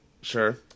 Sure